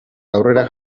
aurrera